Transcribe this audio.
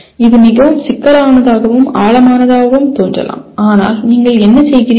இது மிகவும் சிக்கலானதாகவும் ஆழமானதாகவும் தோன்றலாம் ஆனால் நீங்கள் என்ன செய்கிறீர்கள்